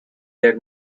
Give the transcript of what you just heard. their